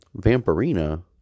Vampirina